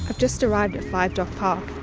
ah just arrived at five dock park,